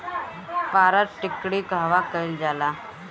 पारद टिक्णी कहवा कयील जाला?